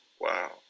wow